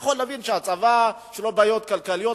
אני יכול להבין שלצבא יש בעיות כלכליות,